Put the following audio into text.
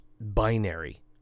binary